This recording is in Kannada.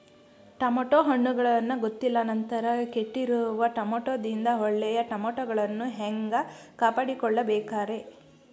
ಟಮಾಟೋ ಹಣ್ಣುಗಳನ್ನ ಗೊತ್ತಿಲ್ಲ ನಂತರ ಕೆಟ್ಟಿರುವ ಟಮಾಟೊದಿಂದ ಒಳ್ಳೆಯ ಟಮಾಟೊಗಳನ್ನು ಹ್ಯಾಂಗ ಕಾಪಾಡಿಕೊಳ್ಳಬೇಕರೇ?